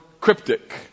cryptic